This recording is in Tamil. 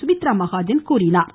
சுமித்ரா மகாஜன் தெரிவித்தார்